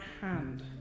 hand